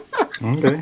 Okay